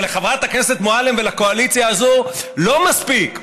אבל לחברת הכנסת מועלם ולקואליציה הזאת לא מספיק שאנחנו,